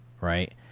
Right